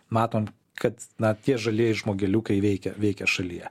matom kad na tie žalieji žmogeliukai veikia veikia šalyje